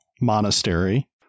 monastery